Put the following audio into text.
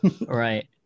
Right